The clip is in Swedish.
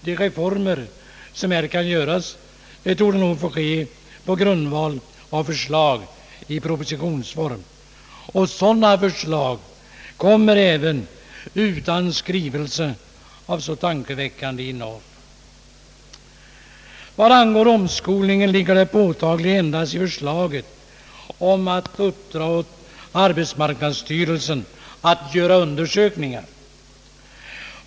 De reformer som här kan göras torde få ske på grundval av förslag i propositionsform. Och sådana förslag kommer även utan skrivelser av så tankeväckande innehåll. Vad omskolningen beträffar innebär reservationens förslag ett uppdrag åt arbetsmarknadsstyrelsen att göra en undersökning.